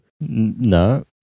No